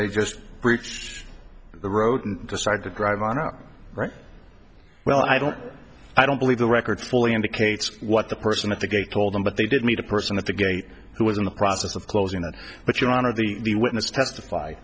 they just reached the road and decided to drive on out right well i don't i don't believe the record fully indicates what the person at the gate told them but they did meet a person at the gate who was in the process of closing it but your honor the witness testif